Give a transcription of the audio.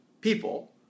people